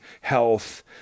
health